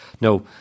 no